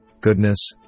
goodness